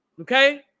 Okay